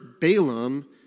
Balaam